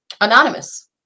anonymous